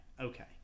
Okay